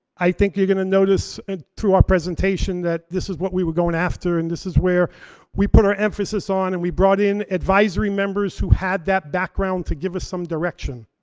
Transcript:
i think you're gonna notice through our presentation that this is what we were going after, and this is where we put our emphasis on. and we brought in advisory members who had that background to give us some direction.